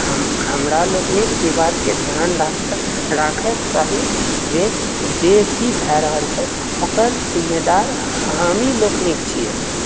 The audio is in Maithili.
हमारा लोकनिक ई बातके ध्यान राखके चाही जे जे भी भए रहल छै ओकर जिम्मेदार हमही लोकनिक छिऐ